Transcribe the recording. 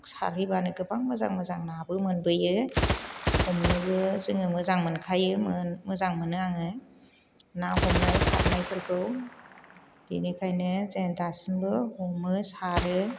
सारहैबानो गोबां मोजां मोजां नाबो मोनबोयो हमनोबो जोङो मोजां मोनखायोमोन मोजां मोनो आङो ना हमनाय सारनायफोरखौ बेनिखायनो जों दासिमबो हमो सारो